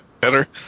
better